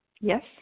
Yes